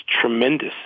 tremendous